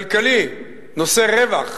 כלכלי, נושא רווח,